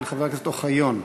של חבר הכנסת אוחיון.